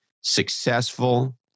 successful